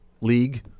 league